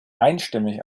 einstimmig